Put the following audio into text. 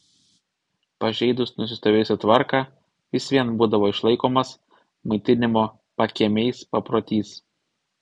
pažeidus nusistovėjusią tvarką vis vien būdavo išlaikomas maitinimo pakiemiais paprotys